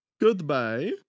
Goodbye